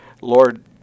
Lord